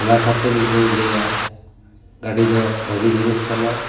ᱚᱱᱟ ᱠᱷᱟᱹᱛᱤᱨ ᱤᱧᱫᱩᱧ ᱞᱟᱹᱭᱟ ᱜᱟᱹᱰᱤ ᱫᱚ ᱵᱷᱟᱹᱜᱤ ᱡᱤᱱᱤᱥ ᱠᱟᱱᱟ